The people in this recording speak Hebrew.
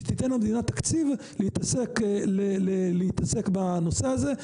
שתיתן המדינה תקציב להתעסק בנושא הזה.